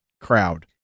crowd